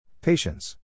Patience